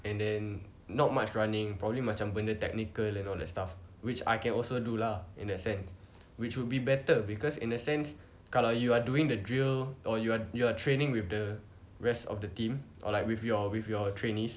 and then not much running probably macam benda technical and all that stuff which I can also do lah in that sense which would be better because in a sense kalau you are doing the drill or you are you are training with the rest of the team or like with your with your trainees